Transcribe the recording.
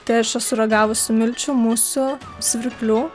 tai aš esu ragavusi milčių musių svirplių